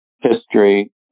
history